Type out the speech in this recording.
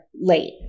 late